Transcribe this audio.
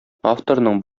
авторның